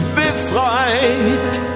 befreit